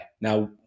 Now